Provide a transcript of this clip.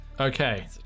Okay